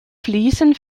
fliesen